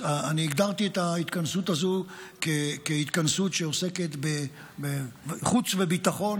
אני הגדרתי את ההתכנסות הזו כהתכנסות שעוסקת בחוץ וביטחון